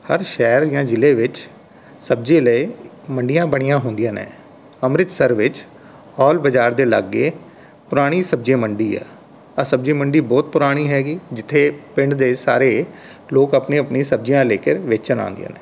ਹਰ ਸ਼ਹਿਰ ਜਾਂ ਜ਼ਿਲ੍ਹੇ ਵਿੱਚ ਸਬਜ਼ੀ ਲਏ ਮੰਡੀਆਂ ਬਣੀਆਂ ਹੁੰਦੀਆਂ ਨੇ ਅੰਮ੍ਰਿਤਸਰ ਵਿੱਚ ਹੌਲ ਬਜ਼ਾਰ ਦੇ ਲਾਗੇ ਪੁਰਾਣੀ ਸਬਜ਼ੀ ਮੰਡੀ ਹੈ ਆਹ ਸਬਜ਼ੀ ਮੰਡੀ ਬਹੁਤ ਪੁਰਾਣੀ ਹੈਗੀ ਜਿੱਥੇ ਪਿੰਡ ਦੇ ਸਾਰੇ ਲੋਕ ਆਪਣੀਆਂ ਆਪਣੀਆਂ ਸਬਜ਼ੀਆਂ ਲੇਕਰ ਵੇਚਣ ਆਉਂਦੇ ਨੇ